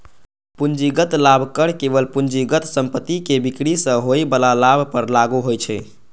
पूंजीगत लाभ कर केवल पूंजीगत संपत्तिक बिक्री सं होइ बला लाभ पर लागू होइ छै